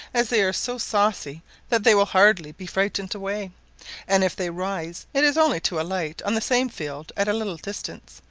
as they are so saucy that they will hardly be frightened away and if they rise it is only to alight on the same field at a little distance,